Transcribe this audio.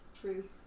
True